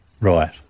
Right